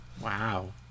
Wow